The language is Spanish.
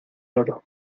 oro